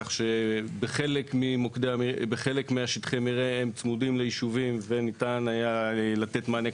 כך שחלק משטחי המרעה צמודים ליישובים והיה ניתן לתת מענה,